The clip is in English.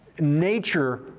Nature